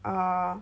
err